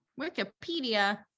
Wikipedia